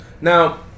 Now